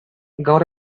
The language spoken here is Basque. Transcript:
gaur